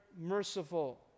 merciful